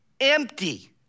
empty